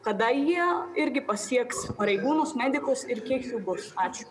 kada jie irgi pasieks pareigūnus medikus ir kiek jų bus ačiū